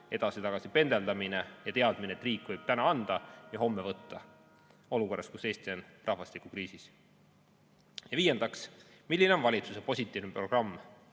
edasi-tagasi pendeldamine ja teadmine, et riik võib täna anda ja homme võtta olukorras, kus Eesti on rahvastikukriisis. Viiendaks, milline on valitsuse positiivne programm